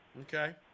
Okay